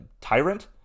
tyrant